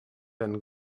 then